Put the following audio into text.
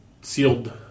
sealed